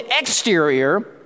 exterior